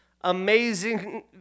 amazing